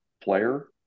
player